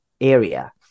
area